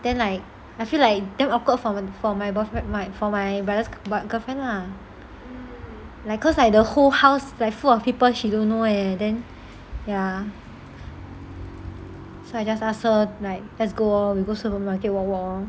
then like I feel like damn awkward for my for my both my for my brothers boy~ girlfriend lah like cause like the whole house like full of people she don't know eh then ya so I just ask her like let's go lor we go supermarket walk walk lor